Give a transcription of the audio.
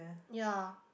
ya